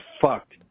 fucked